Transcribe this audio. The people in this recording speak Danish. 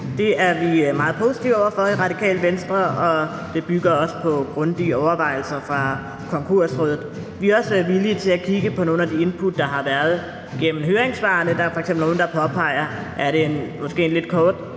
Det er vi meget positive over for i Radikale Venstre, og det bygger også på grundige overvejelser fra Konkursrådet. Vi er også villige til at kigge på nogle af de input, der har været gennem høringssvarene. Der er f.eks. nogle, der påpeger, at det måske er en lidt kort